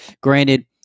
granted